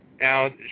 now